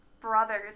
brothers